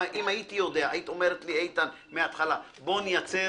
אם הייתי יודע, היית אומרת לי מהתחלה, בוא נייצר